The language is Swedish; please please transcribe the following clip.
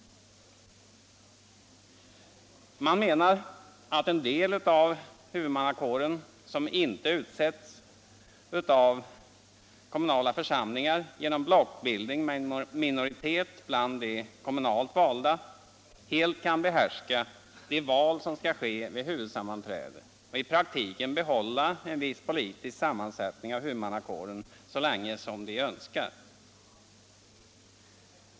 Man menar också att den del av huvudmannakåren som inte utsetts av kommunala församlingar, genom blockbildning med en minoritet bland de kommunalt valda, helt kan behärska de val som skall företas vid huvudmannasammanträde och i praktiken behålla en viss politisk sammansättning av huvudmannakåren så länge de önskar.